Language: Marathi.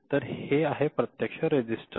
तर हे आहे प्रत्यक्ष रजिस्टर